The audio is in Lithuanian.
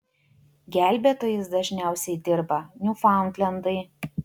gelbėtojais dažniausiai dirba niūfaundlendai